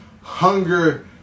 hunger